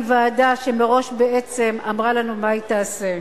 ועדה שמראש בעצם אמרה לנו מה היא תעשה.